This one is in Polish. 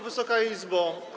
Wysoka Izbo!